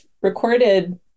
recorded